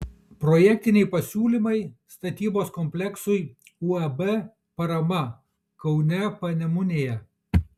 projektiniai pasiūlymai statybos kompleksui uab parama kaune panemunėje